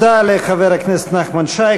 כל דאלים גבר, תודה לחבר הכנסת נחמן שי.